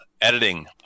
editing